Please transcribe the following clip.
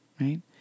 right